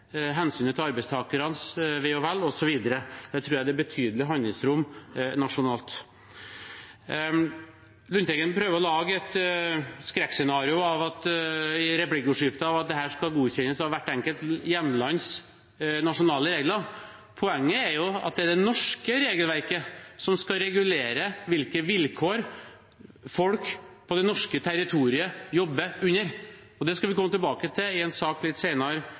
hensynet til arbeidstakernes ve og vel, osv. Der tror jeg det er et betydelig handlingsrom nasjonalt. Lundteigen prøvde i replikkordskiftet å lage et skrekkscenario om at dette skal godkjennes av hvert enkelt hjemlands nasjonale regler. Poenget er jo at det er det norske regelverket som skal regulere hvilke vilkår folk på det norske territoriet jobber under. Det skal vi komme tilbake til i en sak litt